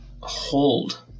hold